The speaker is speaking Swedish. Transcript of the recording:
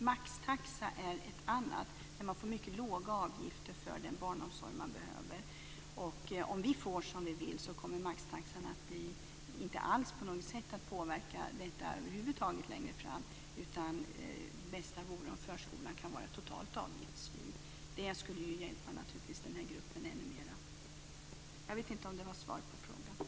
Maxtaxan är ett annat exempel som innebär att man får mycket låga barnomsorgsavgifter. Om vi får som vi vill kommer maxtaxan inte på något sätt att påverka detta längre fram, utan det bästa vore om förskolan vore totalt avgiftsfri. Det skulle naturligtvis hjälpa den här gruppen ännu mera. Jag vet inte om det var svar på frågan.